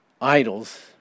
idols